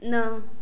न